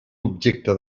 objecte